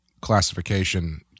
classification